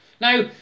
Now